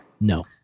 No